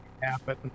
happen